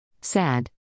Sad